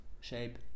shape